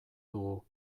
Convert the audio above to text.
dugu